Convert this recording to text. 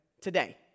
Today